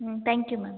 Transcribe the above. hmm thank you ma'am